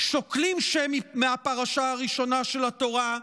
שוקלים שמות מהפרשה הראשונה של התורה,